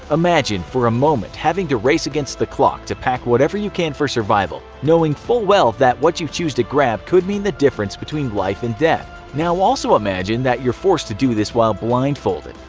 imagine, for a moment, having to race against the clock to pack whatever you can for survival, knowing full well that what you choose to grab could mean the difference between life and death. now also imagine that you are forced to do this while blindfolded.